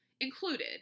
included